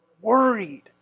worried